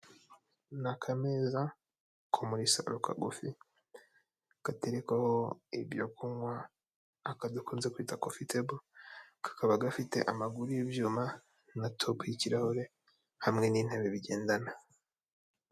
Ni akameza ko muri saro kagufi gaterekwaho ibyo kunywa akadakunze kwita kofitebo, kakaba gafite amaguru y'ibyuma na topu y'ikirahure hamwe n'intebe bigendana.